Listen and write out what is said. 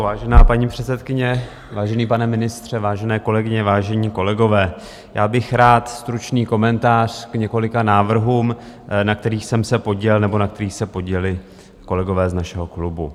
Vážená paní předsedkyně, vážený pane ministře, vážené kolegyně, vážení kolegové, rád bych stručný komentář k několika návrhům, na kterých jsem se podílel nebo na kterých se podíleli kolegové z našeho klubu.